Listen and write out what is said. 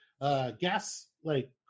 gas-like